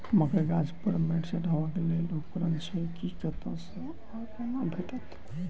मकई गाछ पर मैंट चढ़ेबाक लेल केँ उपकरण छै? ई कतह सऽ आ कोना भेटत?